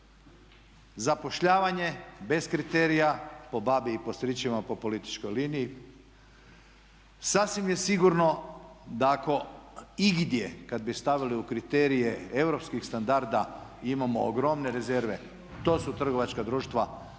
zapošljavanje bez kriterija po babi i po stričevima, po političkoj liniji. Sasvim je sigurno da ako igdje kad bi stavili u kriterije europskih standarda imamo ogromne rezerve to su trgovačka društva